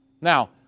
Now